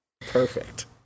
Perfect